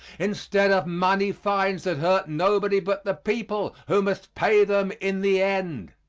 instead of money fines that hurt nobody but the people, who must pay them in the end.